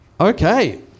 Okay